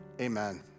Amen